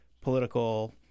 political –